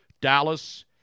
Dallas